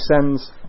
sends